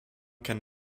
can